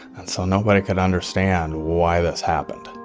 and so nobody could understand why this happened